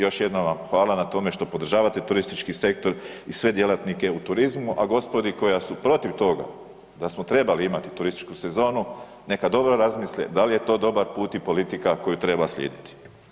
Još jednom vam hvala na tome što podržavate turistički sektor i sve djelatnike u turizmu, a gospodi koja su protiv toga da smo trebali imati turističku sezonu neka dobro razmisle da li je to dobar put i politika koju treba slijediti.